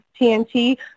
TNT